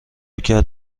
کرد